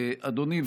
אדוני,